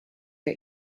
der